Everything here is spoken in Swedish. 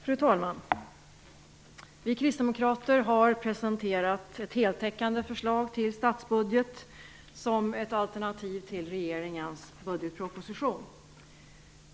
Fru talman! Vi kristdemokrater har presenterat ett heltäckande förslag till statsbudget som ett alternativ till regeringens budgetproposition.